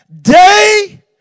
Day